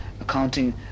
accounting